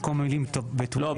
במקום המילים --- לא,